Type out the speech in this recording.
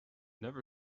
never